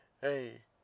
Hey